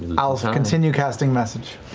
and i'll so continue casting message.